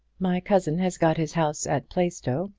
my cousin has got his house at plaistow,